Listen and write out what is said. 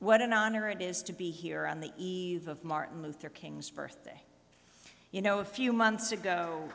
what an honor it is to be here on the ease of martin luther king's birthday you know a few months ago